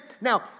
Now